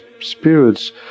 spirits